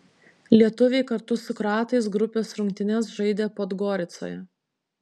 lietuviai kartu su kroatais grupės rungtynes žaidė podgoricoje